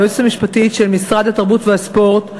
היועצת המשפטית של משרד התרבות והספורט,